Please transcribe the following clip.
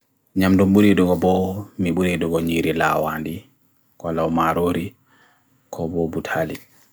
Nhyam do buri do go bo, mi buri do go nyeri lawan di, go lao marori, go bo buthalik.